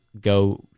Go